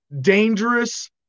dangerous